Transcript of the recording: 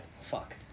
fuck